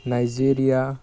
Nigeria